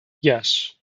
yes